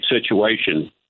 situation